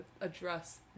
address